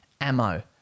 ammo